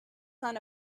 son